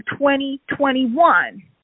2021